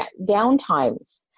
downtimes